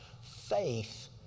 faith